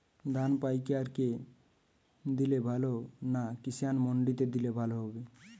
ধান পাইকার কে দিলে ভালো হবে না কিষান মন্ডিতে দিলে ভালো হবে?